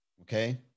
Okay